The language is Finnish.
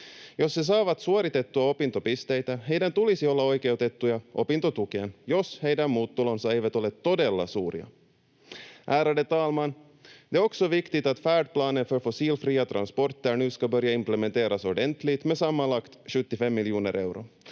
Jos he saavat suoritettua opintopisteitä, heidän tulisi olla oikeutettuja opintotukeen, jos heidän muut tulonsa eivät ole todella suuria. Ärade talman! Det är också viktigt att färdplanen för fossilfria transporter nu ska börja implementeras ordentligt, med sammanlagt 75 miljoner euro,